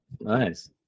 nice